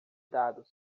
dados